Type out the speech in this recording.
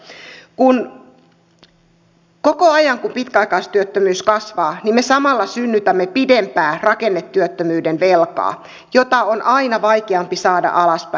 koko ajan kun pitkäaikaistyöttömyys kasvaa me samalla synnytämme pidempää rakennetyöttömyyden velkaa jota on aina vaikeampi saada alaspäin